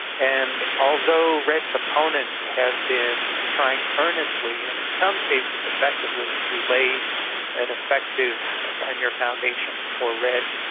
and although redd proponents have been trying earnestly and in some cases effectively to lay an effective tenure foundation for redd,